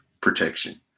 protection